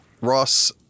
Ross